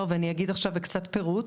ואגיד עכשיו בקצת פירוט,